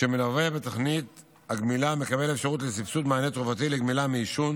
שמלווה בתוכנית הגמילה מקבל אפשרות לסבסוד מענה תרופתי לגמילה מעישון